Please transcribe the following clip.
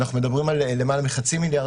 אנחנו מדברים על יותר מחצי מיליארד